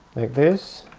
like this,